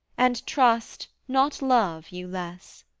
and trust, not love, you less.